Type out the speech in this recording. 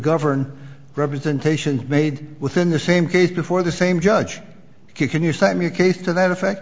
govern representations made within the same case before the same judge can you send me a case to that effect